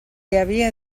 havia